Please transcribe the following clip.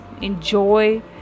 enjoy